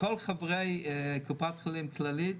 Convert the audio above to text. כל חברי קופת חולים כללית,